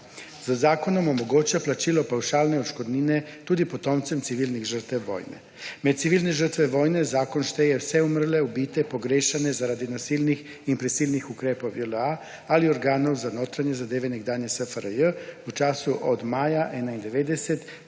Z zakonom omogoča plačilo pavšalne odškodnine tudi potomcem civilnih žrtev vojne. Med civilne žrtve vojne zakon šteje vse umrle, ubite, pogrešane zaradi nasilnih in prisilnih ukrepov JLA ali organov za notranja zadeve nekdanje SFRJ v času od maja 1991